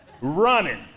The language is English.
running